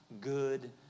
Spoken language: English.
good